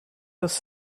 was